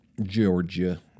Georgia